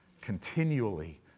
continually